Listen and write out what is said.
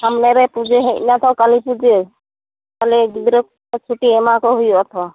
ᱥᱟᱢᱱᱮ ᱨᱮ ᱯᱩᱡᱟᱹ ᱦᱮᱡᱱᱟ ᱛᱚ ᱠᱟᱹᱞᱤ ᱯᱩᱡᱟᱹ ᱛᱟᱞᱮ ᱜᱤᱫᱽᱨᱟᱹ ᱠᱚ ᱪᱷᱩᱴᱤ ᱮᱢᱟᱠᱚ ᱦᱩᱭᱩᱜᱼᱟ ᱛᱚ